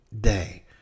day